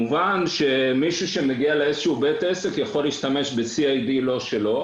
מובן שמישהו שמגיע לאיזשהו בית עסק יכול להשתמש ב-CID לא שלו,